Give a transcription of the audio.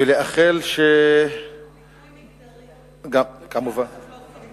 ולאחל, דיכוי מגדרי, כולן סובלות מדיכוי מגדרי.